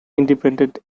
independent